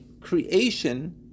creation